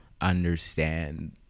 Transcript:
understand